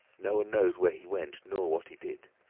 no one knows where he went nor what he did.